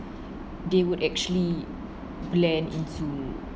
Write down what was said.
they would actually blend into